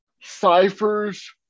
ciphers